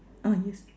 ah yes